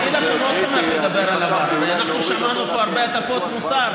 אני מזמין אותך לבדוק.